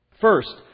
First